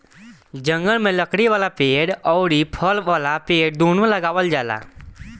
जंगल में लकड़ी वाला पेड़ अउरी फल वाला पेड़ दूनो लगावल जाला